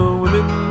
women